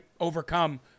overcome